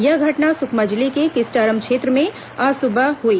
यह घटना सुकमा जिले के किस्टारम क्षेत्र में आज सुबह में हई